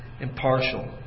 impartial